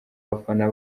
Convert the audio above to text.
abafana